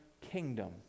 kingdom